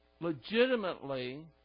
legitimately